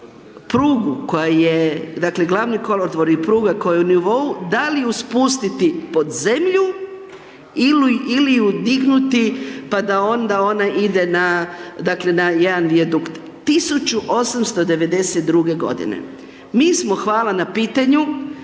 prugu koja je, dakle glavni kolodvor i pruga koja je u nivou da li ju spustiti pod zemlju ili ju dignuti pa da onda ona ide na dakle na jedan vijadukt. 1892. g. mi smo hvala na pitanju,